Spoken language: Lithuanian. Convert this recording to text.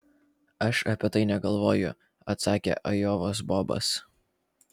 aš apie tai negalvoju atsakė ajovos bobas